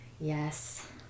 yes